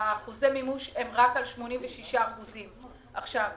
אחוזי המימוש הם רק על 86%. אני